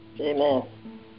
Amen